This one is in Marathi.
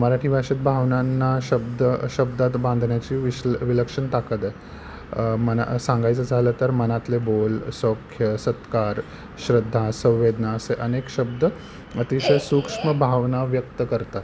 मराठी भाषेत भावनांना शब्द शब्दात बांधण्याची विश्ल विलक्षण ताकद आहे मन सांगायचं झालं तर मनातले बोल सौख्य सत्कार श्रद्धा संवेदना असे अनेक शब्द अतिशय सूक्ष्म भावना व्यक्त करतात